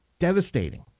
devastating